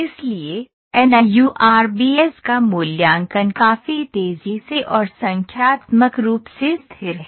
इसलिए एनयूआरबीएस का मूल्यांकन काफी तेजी से और संख्यात्मक रूप से स्थिर है